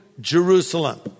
Jerusalem